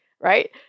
right